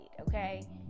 okay